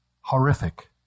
horrific